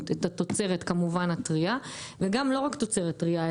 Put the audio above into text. - את התוצרת כמובן הטרייה וגם לא רק תוצרת טרייה,